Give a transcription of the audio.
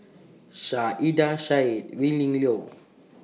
Saiedah Said Willin Liew